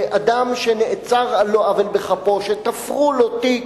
לאדם שנעצר על לא עוול בכפו, שתפרו לו תיק,